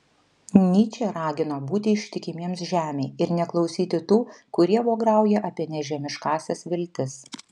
nyčė ragino būti ištikimiems žemei ir neklausyti tų kurie vograuja apie nežemiškąsias viltis